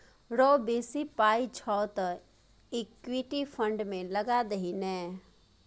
रौ बेसी पाय छौ तँ इक्विटी फंड मे लगा दही ने